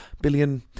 billion